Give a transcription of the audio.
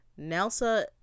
Nelsa